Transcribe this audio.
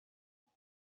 kuko